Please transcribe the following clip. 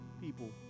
people